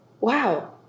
Wow